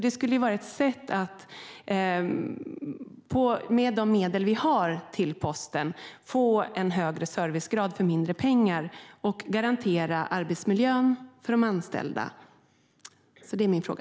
Det skulle ju vara ett sätt att med de medel vi har få en högre servicegrad hos posten för mindre pengar och garantera arbetsmiljön för de anställda. Det är min fråga.